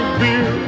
beer